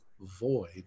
void